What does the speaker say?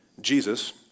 Jesus